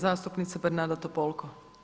Zastupnica Bernarda Topolko.